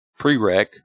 prereq